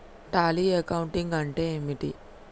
Tally accounting అంటే ఏమిటి?